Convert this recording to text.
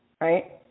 right